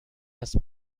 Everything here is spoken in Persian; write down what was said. است